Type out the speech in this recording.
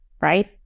right